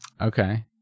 Okay